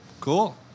cool